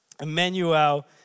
Emmanuel